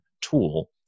tool